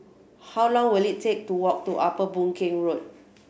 how long will it take to walk to Upper Boon Keng Road